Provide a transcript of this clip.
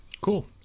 Cool